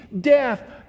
death